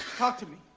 talk to me.